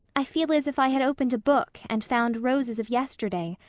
i feel as if i had opened a book and found roses of yesterday,